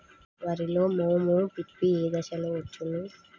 వరిలో మోము పిప్పి ఏ దశలో వచ్చును?